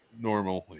normally